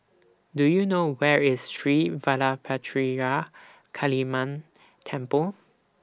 Do YOU know Where IS Sri Vadapathira Kaliamman Temple